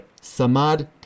Samad